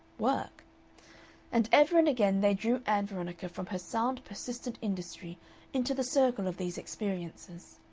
work and ever and again they drew ann veronica from her sound persistent industry into the circle of these experiences.